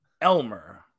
Elmer